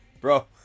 Bro